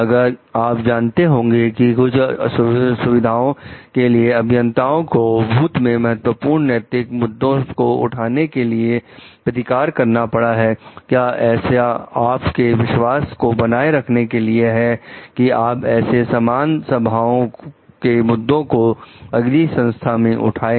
अगर आप जानते होंगे कि कुछ सुविधाओं के लिए अभियंताओं को भूत में महत्वपूर्ण नैतिक मुद्दों को उठाने के लिए प्रतिकार करना पड़ा है क्या ऐसा आप के विश्वास को बनाए रखने के लिए है कि आप ऐसे समान सभाओं के मुद्दों को अगली संस्था में उठाए